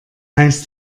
heißt